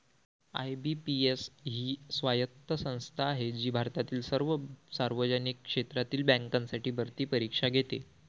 IBPS ही स्वायत्त संस्था आहे जी भारतातील सर्व सार्वजनिक क्षेत्रातील बँकांसाठी भरती परीक्षा घेते